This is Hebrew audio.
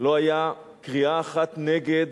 לא היתה קריאה אחת נגד